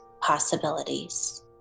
possibilities